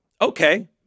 okay